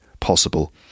Possible